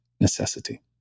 necessity